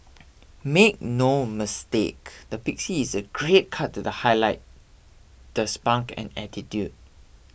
make no mistake the pixie is a great cut to the highlight the spunk and attitude